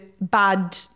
bad